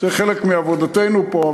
זה חלק מעבודתנו פה,